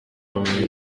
bamenya